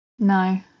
no